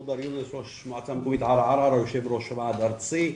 מודר יונס, ראש מועצת עארה ויושב ראש ועד ארצי.